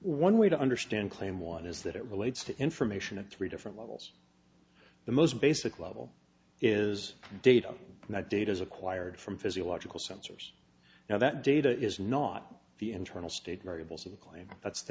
one way to understand claim one is that it relates to information at three different levels the most basic level is data and that data is acquired from physiological sensors now that data is not the internal state variables and claim that's the